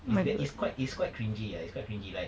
it's quite it's quite cringey ah it's quite cringey like